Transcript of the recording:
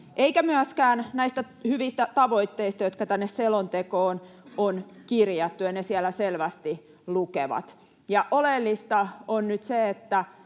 eikä myöskään näistä hyvistä tavoitteista, jotka tänne selontekoon on kirjattu, ja ne siellä selvästi lukevat. Oleellista on nyt se,